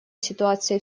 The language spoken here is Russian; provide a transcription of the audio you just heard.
ситуация